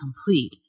complete